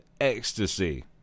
ecstasy